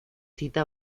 cita